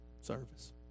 service